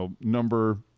number